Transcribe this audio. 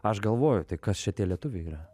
aš galvoju tai kas čia tie lietuviai yra